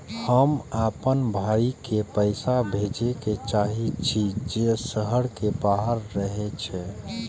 हम आपन भाई के पैसा भेजे के चाहि छी जे शहर के बाहर रहे छै